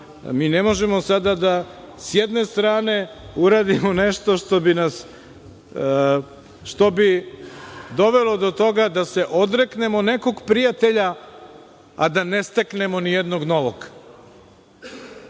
Mi ne možemo sada da s jedne strane uradimo nešto što bi dovelo do toga da se odreknemo nekog prijatelja, a da ne steknemo ni jednog novog.